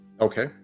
okay